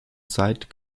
zeit